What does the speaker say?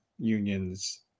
unions